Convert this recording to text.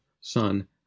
Son